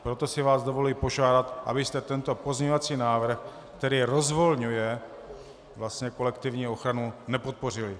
Proto si vás dovoluji požádat, abyste tento pozměňovací návrh, který rozvolňuje kolektivní ochranu, nepodpořili.